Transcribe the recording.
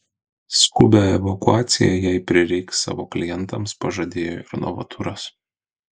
skubią evakuaciją jei prireiks savo klientams pažadėjo ir novaturas